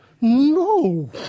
no